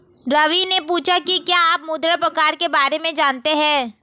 रवि ने पूछा कि क्या आप मृदा प्रकार के बारे में जानते है?